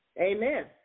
Amen